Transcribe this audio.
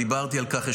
דיברתי על כך.